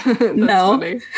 no